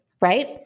Right